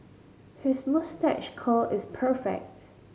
his moustache curl is perfect